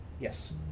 Yes